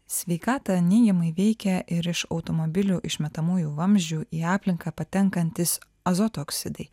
sveikatą neigiamai veikia ir iš automobilių išmetamųjų vamzdžių į aplinką patenkantys azoto oksidai